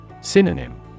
Synonym